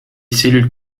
cellules